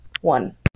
one